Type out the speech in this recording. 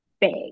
big